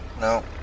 No